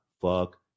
fuck